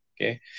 okay